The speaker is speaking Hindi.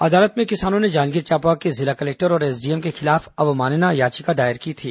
अदालत में किसानों ने जांजगीर चांपा के जिला कलेक्टर और एसडीएम ेके खिलाफ अवमानना याचिका दायर की थी